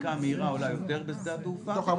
הבדיקה המהירה בשדה התעופה עולה יותר כסף.